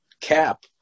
cap